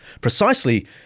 precisely